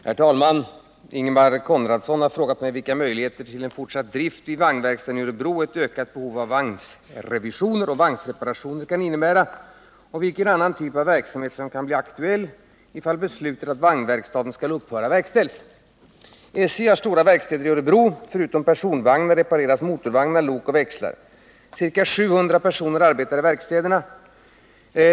Herr talman! Ingemar Konradsson har frågat mig vilka möjligheter till en fortsatt drift vid vagnverkstaden i Örebro ett ökat behov av vagnsrevisioner och vagnsreparationer kan innebära och vilken annan typ av verksamhet som kan bli aktuell ifall beslutet att vagnverkstaden skall upphöra verkställs. SJ har stora verkstäder i Örebro. Förutom personvagnar repareras motorvagnar, lok och växlar. Ca 700 personer arbetar i verkstäderna.